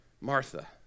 Martha